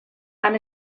han